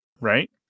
right